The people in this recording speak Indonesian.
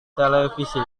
televisi